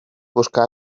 buscar